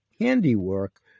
handiwork